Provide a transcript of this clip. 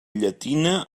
llatina